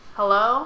hello